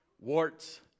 warts